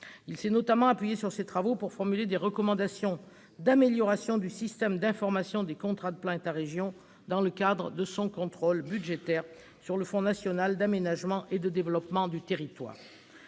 s'est notamment appuyé sur ces travaux pour formuler des recommandations d'amélioration du système d'information des contrats de plan État-régions dans le cadre de son contrôle budgétaire sur le Fonds national d'aménagement et de développement du territoire.